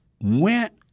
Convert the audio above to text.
went